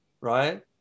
right